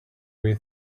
way